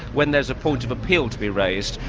when there's a point of appeal to be raised,